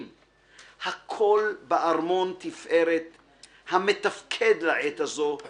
.../ הכל בארמון תפארת/ המתפקד לעת הזו/